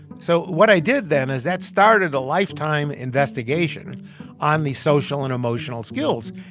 so what i did then is that started a lifetime investigation on these social and emotional skills.